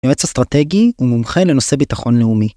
ממש אסטרטגי ומומחה לנושא ביטחון לאומי.